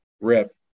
rip